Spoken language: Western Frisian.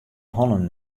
hannen